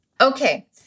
okay